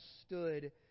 stood